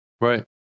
Right